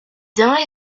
dents